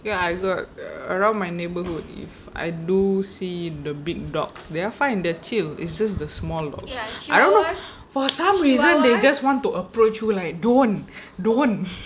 ya I got around my neighbourhood if I do see the big dogs they are fine they are chill it's just the small dogs I don't know for some reason they just want to approach you like don't don't